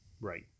Right